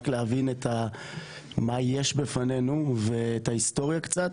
להבין מה יש בפנינו ואת ההיסטוריה קצת.